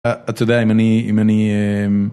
אתה יודע אם אני, אם אני...